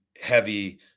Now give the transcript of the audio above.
heavy